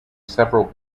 several